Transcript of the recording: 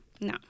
No